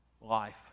life